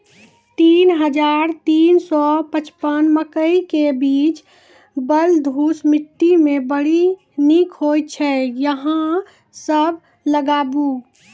तीन हज़ार तीन सौ पचपन मकई के बीज बलधुस मिट्टी मे बड़ी निक होई छै अहाँ सब लगाबु?